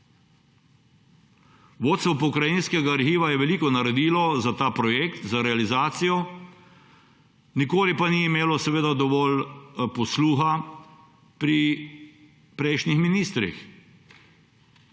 Vodstvo Pokrajinskega arhiva je veliko naredilo za ta projekt, za realizacijo; nikoli pa ni imelo dovolj posluha pri prejšnjih ministrih.